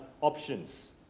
options